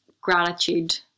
gratitude